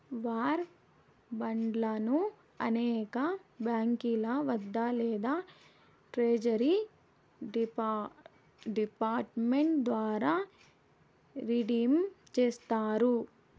war బాండ్లను అనేక బాంకీల వద్ద లేదా ట్రెజరీ డిపార్ట్ మెంట్ ద్వారా రిడీమ్ చేస్తారు